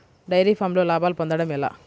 Dairy ఫామ్లో లాభాలు పొందడం ఎలా?